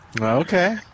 Okay